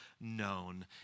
known